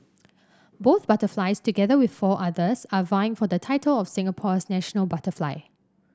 both butterflies together with four others are vying for the title of Singapore's national butterfly